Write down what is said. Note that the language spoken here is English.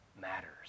matters